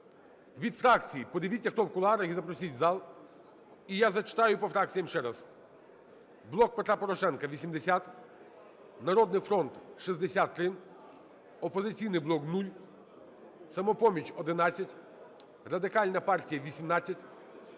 Від фракцій подивіться, хто є в кулуарах, і запросіть в зал. І я зачитаю по фракціях ще раз: "Блок Петра Порошенка" – 80, "Народний фронт" – 63, "Опозиційний блок" – 0, "Самопоміч" – 11, Радикальна партія – 18,